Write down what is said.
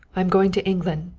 i am going to england,